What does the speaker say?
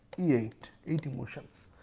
e eight, eight emotions.